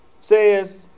says